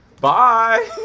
Bye